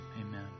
amen